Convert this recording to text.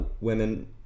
women